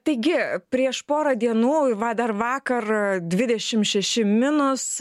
taigi prieš porą dienų va dar vakar dvidešimt šeši minus